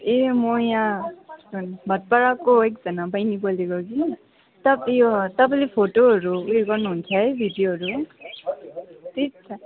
ए म यहाँ भातपाडाको एकजना बहिनी बोलेको कि तप यो तपाईँले फोटोहरू उयो गर्नुहुन्छ है भिडियोहरू ठिक छ